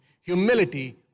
Humility